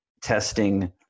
testing